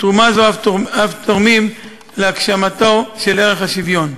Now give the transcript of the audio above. ובתרומה זו אף תורמים להגשמתו של ערך השוויון.